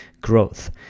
growth